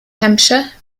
hampshire